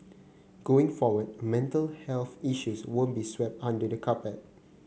going forward mental health issues won't be swept under the carpet